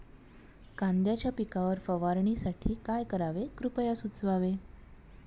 कांद्यांच्या पिकावर फवारणीसाठी काय करावे कृपया सुचवावे